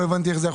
לא יכול להיות.